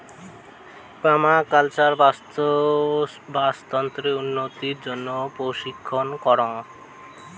permaculture বাস্তুতন্ত্রের উন্নতির জইন্যে পর্যবেক্ষণ করাং